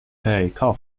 kaufman